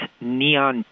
neon